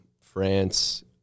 france